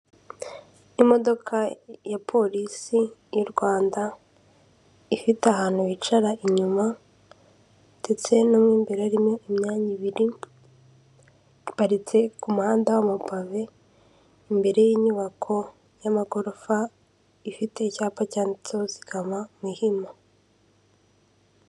Imodoka ya polisi y'u Rwanda, ifite ahantu bicara inyuma ndetse no mo imbere harimo imyanya ibiri, iparitse ku muhanda w'amapave, imbere y'inyubako y'amagorofa, ifite icyapa cyanditseho zigama Muhima.